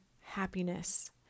happiness